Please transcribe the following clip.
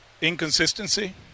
Inconsistency